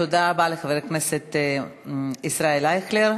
תודה רבה לחבר הכנסת ישראל אייכלר.